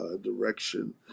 direction